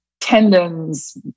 tendons